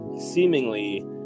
seemingly